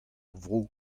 vro